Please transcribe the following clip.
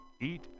Eat